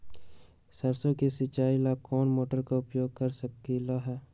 सरसों के सिचाई ला कोंन मोटर के उपयोग कर सकली ह?